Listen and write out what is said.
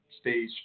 stage